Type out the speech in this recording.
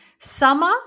Summer